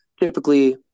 Typically